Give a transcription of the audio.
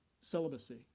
celibacy